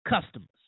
Customers